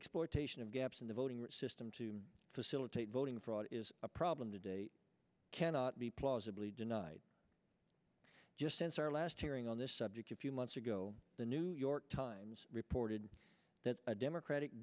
exploitation of gaps in the voting system to facilitate voting fraud is a problem today cannot be plausibly denied just since our last hearing on this subject a few months ago the new york times reported that a democratic